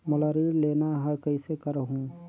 मोला ऋण लेना ह, कइसे करहुँ?